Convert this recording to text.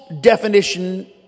definition